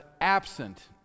absent